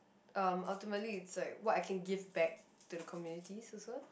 um ultimately is that what I can give back to the communities also